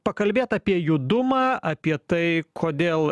pakalbėt apie judumą apie tai kodėl